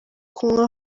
kunywa